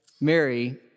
Mary